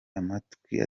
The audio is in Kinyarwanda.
amatwi